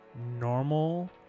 Normal